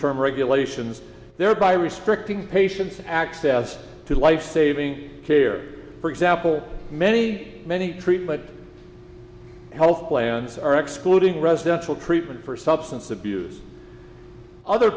infirm regulations thereby restricting patients access to lifesaving care for example many many treatment health plans are excluding residential treatment for substance abuse other